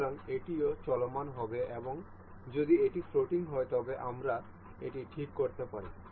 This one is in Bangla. সুতরাং এটিও চলমান হবে এবং যদি এটি ফ্লোটিং হয় তবে আমরা এটি ঠিক করতে পারি